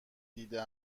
دیده